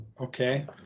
okay